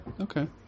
Okay